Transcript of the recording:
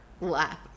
laugh